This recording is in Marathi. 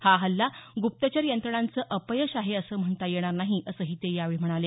हा हल्ला गुप्तचर यंत्रणांचं अपयश आहे असं म्हणता येणार नाही असंही ते यावेळी सांगितलं